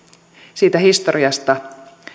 siitä historiasta